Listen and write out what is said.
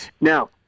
Now